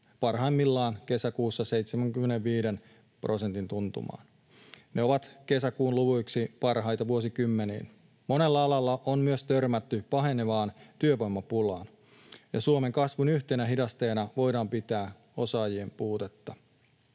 parhaimmillaan kesäkuussa 75 prosentin tuntumaan. Ne ovat kesäkuun luvuiksi parhaita vuosikymmeniin. Monella alalla on myös törmätty pahenevaan työvoimapulaan, ja Suomen kasvun yhtenä hidasteena voidaan pitää osaajien puutetta.